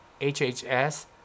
HHS